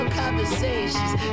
conversations